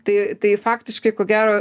tai tai faktiškai ko gero